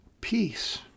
peace